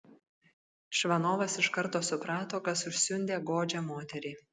čvanovas iš karto suprato kas užsiundė godžią moterį